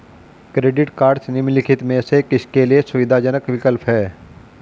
Credit cards निम्नलिखित में से किसके लिए सुविधाजनक विकल्प हैं?